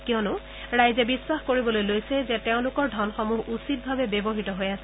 কিয়নো ৰাইজে বিশ্বাস কৰিবলৈ লৈছে যে তেওঁলোকৰ ধনসমূহ উচিতভাৱে ব্যৱহাত হৈ আছে